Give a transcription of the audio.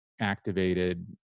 activated